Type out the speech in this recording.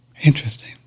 Interesting